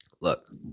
Look